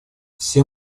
все